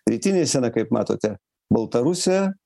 rytinė scena kaip matote baltarusė